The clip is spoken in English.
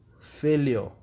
failure